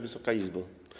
Wysoka Izbo!